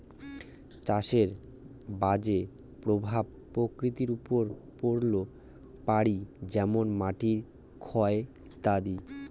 চাষের বাজে প্রভাব প্রকৃতির ওপর পড়ত পারি যেমন মাটির ক্ষয় ইত্যাদি